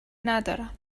ندارم